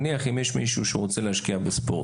נניח אם יש מישהו שרוצה להשקיע בספורט,